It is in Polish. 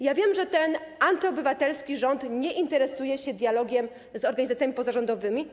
Ja wiem, że ten antyobywatelski rząd nie interesuje się dialogiem z organizacjami pozarządowymi.